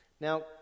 Now